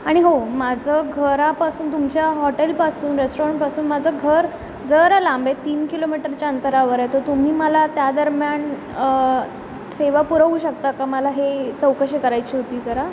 आणि हो माझं घरापासून तुमच्या हॉटेलपासून रेस्टॉरंटपासून माझं घर जरा लांब आहे तीन किलोमीटरच्या अंतरावर आहे तर तुम्ही मला त्या दरम्यान सेवा पुरवू शकता का मला हे चौकशी करायची होती जरा